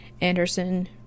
Anderson